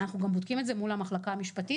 אנחנו גם בודקים את זה מול המחלקה המשפטית,